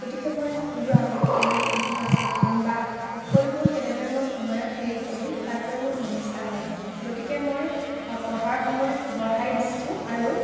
গতিকে মই কোনটো আগত কৰিম কোনটো পাছত কৰিম বা সকলোবোৰ কেনেদৰে মই সময়ত শেষ কৰিম তাক লৈ মোৰ সমস্যা হয় গতিকে মই পঢ়াৰ সময় বঢ়াই দিছো আৰু